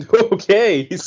Okay